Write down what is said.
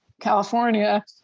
California